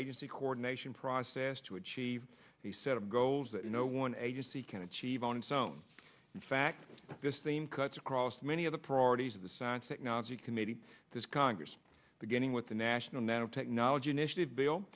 interagency coordination process to achieve a set of goals that no one agency can achieve on its own in fact this theme cuts across many of the priorities of the science technology committee this congress beginning with the national nanotechnology initiative bill